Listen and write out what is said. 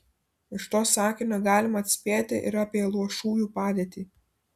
iš to sakinio galima atspėti ir apie luošųjų padėtį